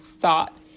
thought